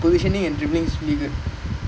his dribbling is play making also